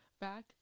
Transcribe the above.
back